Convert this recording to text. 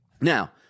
Now